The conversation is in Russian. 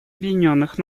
объединенных